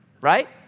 right